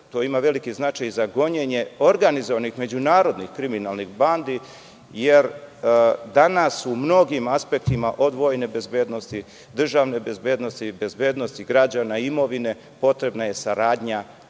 to ima veliki značaj i za gonjenje organizovanih međunarodnih kriminalnih bandi, jer danas u mnogim aspektima od vojne bezbednosti, državne bezbednosti i bezbednosti građana imovine potrebna je saradnja